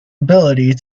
ability